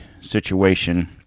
situation